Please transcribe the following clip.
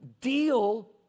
deal